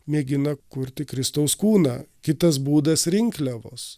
mėgina kurti kristaus kūną kitas būdas rinkliavos